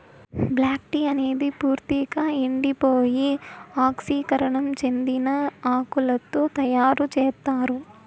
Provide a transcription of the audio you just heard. black tea అనేది పూర్తిక ఎండిపోయి ఆక్సీకరణం చెందిన ఆకులతో తయారు చేత్తారు